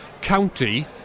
county